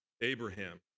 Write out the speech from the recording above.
Abraham